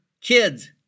kids